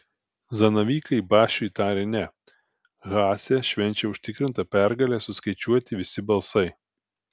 zanavykai basčiui tarė ne haase švenčia užtikrintą pergalę suskaičiuoti visi balsai